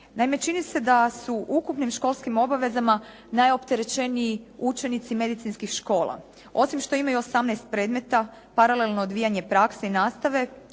Naime, čini se da su u ukupnim školskim obavezama najopterećeniji učenici medicinskih škola. Osim što imaju 18 predmeta, paralelno odvijanje prakse i nastave